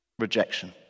rejection